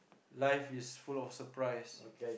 life is full of surprise